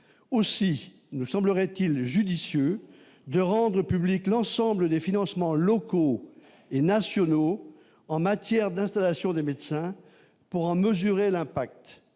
aussi nous semblerait-il judicieux de rendre public l'ensemble des financements locaux et nationaux en matière d'installation des médecins pour en aux jurés l'impact,